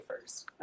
first